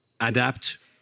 adapt